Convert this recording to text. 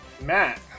Matt